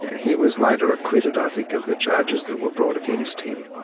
he was later acquitted i think of the charges that were brought against him.